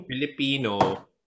Filipino